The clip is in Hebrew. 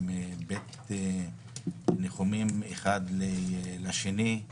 מבית ניחומים אחד לשני.